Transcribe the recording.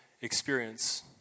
experience